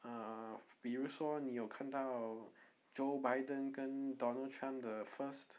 ah 比如说你有看到 joe biden 跟 donald trump the first